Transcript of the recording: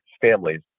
families